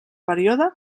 període